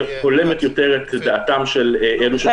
שהולמת יותר את דעתם של אלו --- על איזה נתונים אתה מדבר?